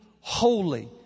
holy